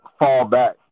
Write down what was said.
fallback